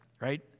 right